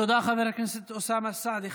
תודה, חבר הכנסת אוסאמה סעדי.